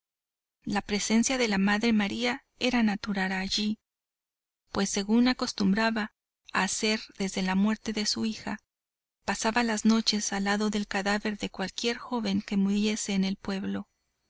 la presencia de la madre maría era natural allí pues según acostumbraba a hacer desde la muerte de su hija pasaba las noches al lado del cadáver de cualquiera joven que muriese en el pueblo